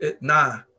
Nah